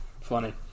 Funny